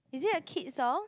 is it a kids song